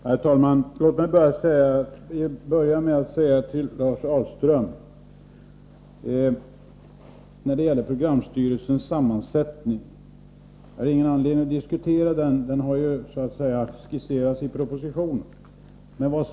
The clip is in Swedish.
Herr talman! Låt mig börja med att säga till Lars Ahlström när det gäller programstyrelsens sammansättning att jag inte har någon anledning att diskutera den — den har ju skisserats i propositionen.